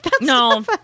No